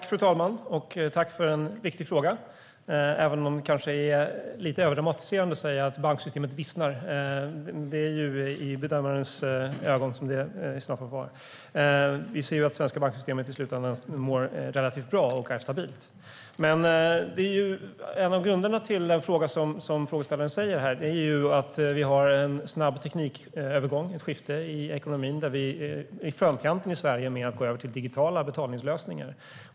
Fru talman! Tack för en viktig fråga, Peter Persson! Men det är kanske lite överdramatiskt att säga att banksystemet vissnar. Det får i så fall vara i bedömarens ögon. Det svenska banksystemet mår i själva verket relativt bra och är stabilt. En av bakgrunderna till frågan är att vi har en snabb teknikövergång, ett skifte i ekonomin. Sverige är i framkanten när det gäller att gå över till digitala betalningslösningar.